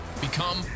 Become